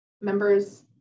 members